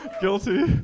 Guilty